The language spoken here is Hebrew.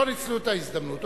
לא ניצלו את ההזדמנות,